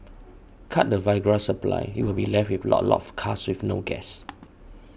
cut the Viagra supply you'll be left with a lot of cars with no gas